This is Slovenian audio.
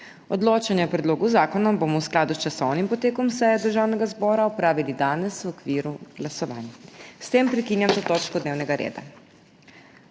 Odločanje o predlogu zakona bomo v skladu s časovnim potekom seje Državnega zbora opravili danes v okviru glasovanj. S tem prekinjam to točko dnevnega reda.